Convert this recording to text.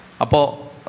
Apo